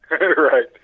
Right